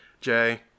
Jay